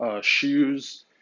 shoes